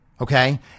okay